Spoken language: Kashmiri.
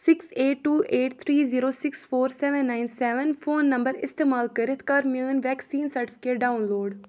six eight two eight three zero six four seven nine seven phone number اِستعمال کٔرِتھ کَر میٛٲنۍ ویکسیٖن سرٹیفِکیٹ ڈاؤن لوڈ